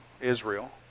Israel